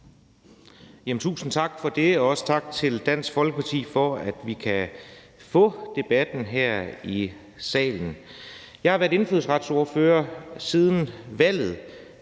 Tusind tak for det, og også tak til Dansk Folkeparti for, at vi kan få debatten her i salen. Jeg har været indfødsretsordfører siden valget.